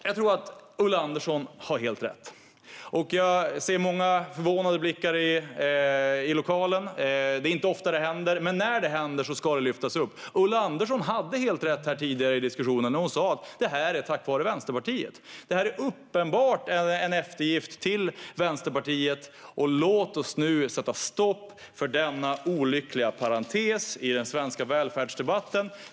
Jag tror att Ulla Andersson har helt rätt. Jag ser många förvånade blickar i lokalen. Det är inte ofta det händer, men när det händer ska det lyftas upp. Ulla Andersson hade helt rätt här tidigare i diskussionen när hon sa att detta är tack vare Vänsterpartiet. Detta är uppenbart en eftergift till Vänsterpartiet. Låt oss nu sätta stopp för denna olyckliga parentes i den svenska välfärdsdebatten.